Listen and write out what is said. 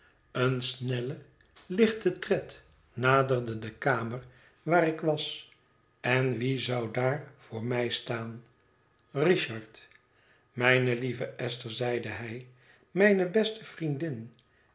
een snelle lichte tred naderde de kamer waar ik was en wie zou daar voor mij staan richard mijne lieve esther zeide hij mijne beste vriendin